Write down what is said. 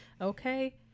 Okay